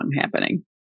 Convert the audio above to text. happening